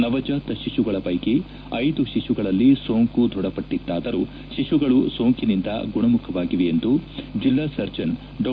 ನವಜಾತ ಶಿಶುಗಳ ಪ್ಟೆಕಿ ಐದು ಶಿಶುಗಳಲ್ಲಿ ಸೋಂಕು ದೃಢಪಟ್ಟಿತ್ತಾದರೂ ಶಿಶುಗಳು ಸೋಂಕಿನಿಂದ ಗುಣಮುಖವಾಗಿವೆ ಎಂದು ಜೆಲ್ಲಾ ಸರ್ಜನ್ ಡಾ